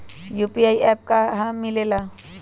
UPI का app कहा से मिलेला?